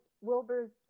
Wilbur's